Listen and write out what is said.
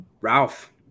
ralph